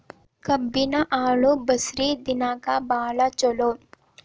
ಕಬ್ಬಿನ ಹಾಲು ಬ್ಯಾಸ್ಗಿ ದಿನಕ ಬಾಳ ಚಲೋ